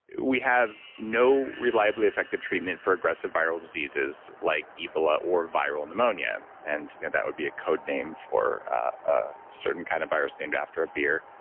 we have no reliably effective treatment for aggressive viral diseases like ebola or viral pneumonia. and you know that would be a code name for a certain kind of virus named after a beer.